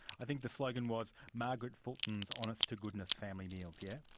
i think the slogan was margaret fulton's honest-to-goodness family meals, yes?